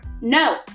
No